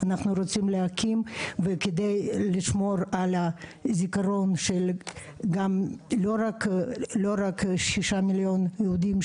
כדי לשמור על הזכרון; לא רק של שישה מיליון יהודים,